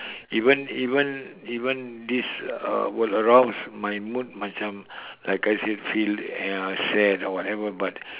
even even even this uh will arouse my mood macam like I uh feel sad or whatever but